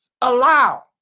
allow